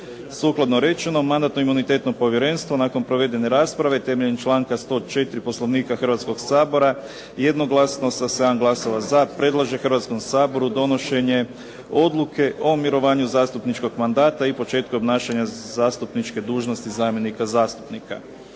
Sukladno rečeno, Mandatno-imunitetno povjerenstvo nakon provedene rasprave temeljem članka 104. Poslovnika Hrvatskog sabora jednoglasno sa 7 glasova za predlaže Hrvatskom saboru donošenje Odluke o mirovanju zastupničkog mandata i početku obnašanja zastupničke dužnosti zamjenika zastupnika.